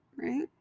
right